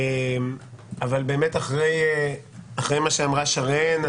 אחרי מה שאמרה שרן,